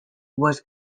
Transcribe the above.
was